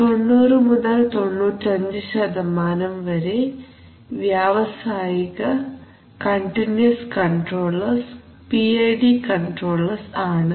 90 95 വ്യാവസായിക continuous controllers PID controllers ആണ്